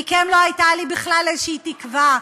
מכם לא הייתה לי בכלל תקווה כלשהי.